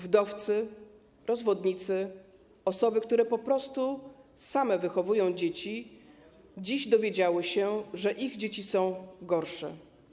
Wdowcy, rozwodnicy, osoby, które po prostu same wychowują dzieci, dziś dowiedziały się, że ich dzieci są gorsze.